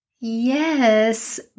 Yes